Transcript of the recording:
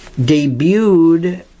debuted